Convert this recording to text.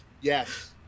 Yes